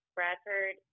Bradford